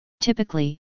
Typically